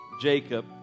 Jacob